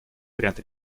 вариант